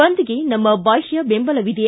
ಬಂದ್ಗೆ ನಮ್ನ ಬಾಹ್ಲ ಬೆಂಬಲವಿದೆ